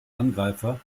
angreifer